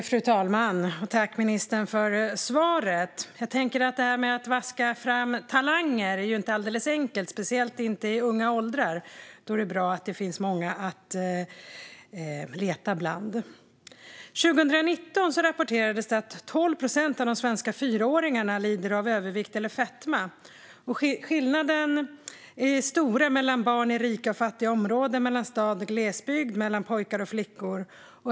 Fru talman! Tack, ministern, för svaret! Jag tänker att det här med att vaska fram talanger inte är alldeles enkelt, speciellt inte i unga åldrar. Då är det bra att det finns många att leta bland. År 2019 rapporterades det att 12 procent av de svenska fyraåringarna lider av övervikt eller fetma. Skillnaderna är stora mellan barn i rika och fattiga områden, mellan stad och glesbygd och mellan pojkar och flickor.